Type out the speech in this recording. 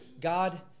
God